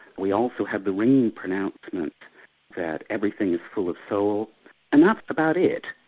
we also have the ringing pronouncement that everything is full of soul, and that's about it.